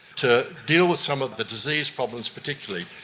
to deal with some of the disease problems particularly.